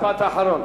משפט אחרון.